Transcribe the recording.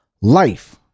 life